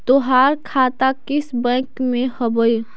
तोहार खाता किस बैंक में हवअ